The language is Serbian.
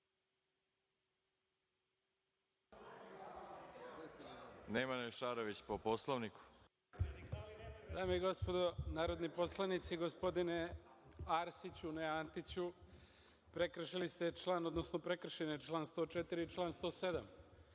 **Nemanja Šarović** Dame i gospodo narodni poslanici, gospodine Arsiću, ne Antiću, prekršili ste član, odnosno prekršen je član 104. i član 107,